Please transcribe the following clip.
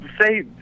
say